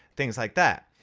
things like that.